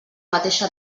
mateixa